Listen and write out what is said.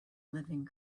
living